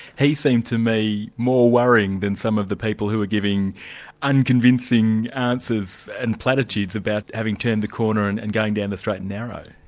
he seemed to me more worrying than some of the people who were giving unconvincing answers and platitudes about having turned the corner and and going down the straight and narrow.